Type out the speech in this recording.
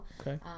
Okay